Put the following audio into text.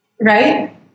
right